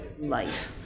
life